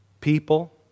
People